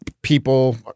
people